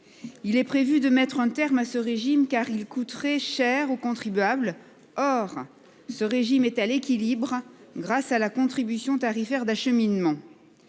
Il est prévu de mettre un terme à ce régime, car il coûterait cher au contribuable. Or ce régime est à l'équilibre, grâce à la contribution tarifaire d'acheminement.